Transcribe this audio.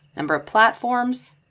number of platforms.